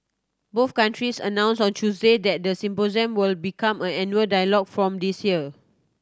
both countries announced on Tuesday that the symposium will become an annual dialogue from this year